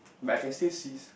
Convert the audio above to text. but I can still sees